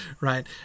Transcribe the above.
right